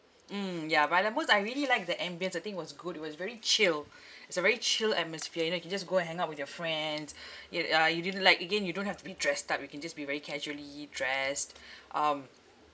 mm ya by the moss I really like the ambience I think it was good it was very chill it's a very chill atmosphere you know you can just go and hang out with your friends y~ ya you didn't like again you don't have to be dressed up you can just be very casually dressed um